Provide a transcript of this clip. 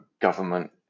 government